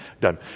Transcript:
done